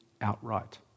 outright